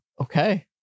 okay